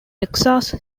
texas